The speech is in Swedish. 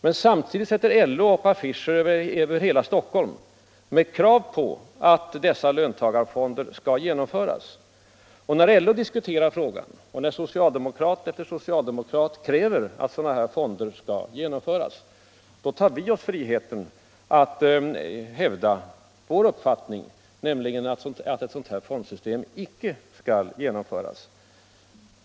Men samtidigt sätter LO upp affischer över hela Stockholm på vilka man kräver att förslaget om löntagarfonderna skall genomföras. Och när LO diskuterar frågan och socialdemokrat efter socialdemokrat kräver att sådana fonder skall inrättas, så tar vi oss friheten hävda vår uppfattning, nämligen att något sådant fondsystem icke skall genomföras.